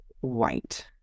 white